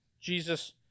Jesus